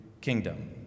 kingdom